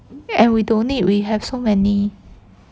we don't need we have so many